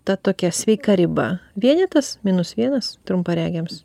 ta tokia sveika riba vienetas minus vienas trumparegiams